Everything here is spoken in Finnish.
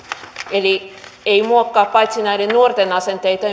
eli se muokkaa paitsi näiden nuorten asenteita